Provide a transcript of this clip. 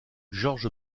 george